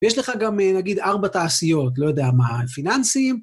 ויש לך גם נגיד ארבע תעשיות, לא יודע מה, פיננסיים.